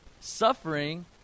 suffering